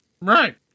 Right